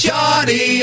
Johnny